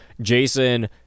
Jason